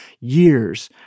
years